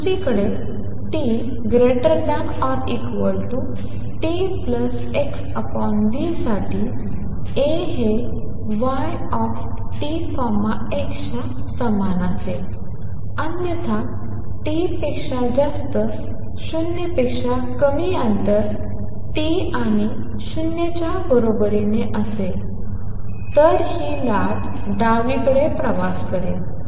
दुसरीकडे t t x v साठी A हे y t x च्या समान असेल अन्यथा t पेक्षा जास्त 0 पेक्षा कमी नंतर t आणि 0 च्या बरोबरीने असेल तर ही लाट डावीकडे प्रवास करेल